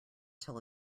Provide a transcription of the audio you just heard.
till